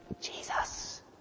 Jesus